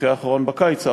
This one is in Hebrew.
מקרה אחרון בקיץ האחרון,